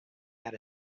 had